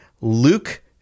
Luke